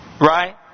Right